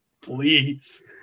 please